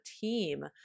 team